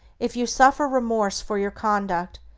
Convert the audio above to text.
if you suffer remorse for your conduct,